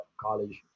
college